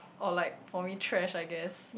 or like for me trash I guess